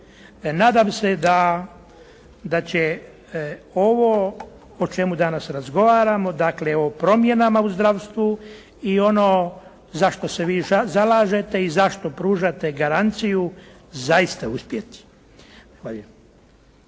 Nadam se da, da će ovo o čemu danas razgovaramo dakle o promjenama u zdravstvu i ono za što se vi zalažete i zašto pružate garanciju zaista uspjeti. Zahvaljujem.